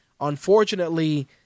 Unfortunately